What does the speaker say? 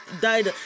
died